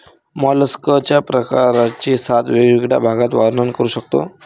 मॉलस्कच्या प्रकारांचे सात वेगवेगळ्या भागात वर्णन करू शकतो